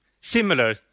similar